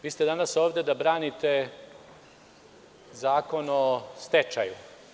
Vi ste danas ovde da branite Zakon o stečaju.